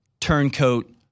turncoat